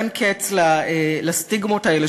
אין קץ לסטיגמות האלה,